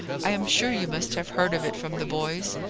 i am sure you must have heard of it from the boys.